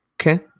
Okay